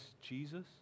Jesus